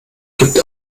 gibt